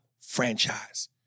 franchise